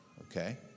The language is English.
okay